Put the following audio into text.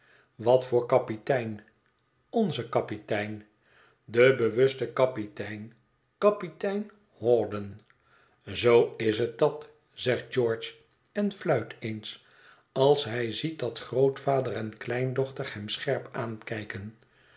wat voor kapitein onze kapitein de bewuste kapitein kapitein hawdon zoo is het dat zegt george en fluit eens als hij ziet dat grootvader en kleindochter hem scherp aankijken